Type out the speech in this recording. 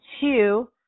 Two